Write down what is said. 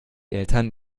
eltern